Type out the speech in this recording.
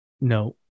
No